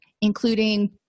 including